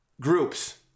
groups